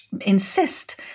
insist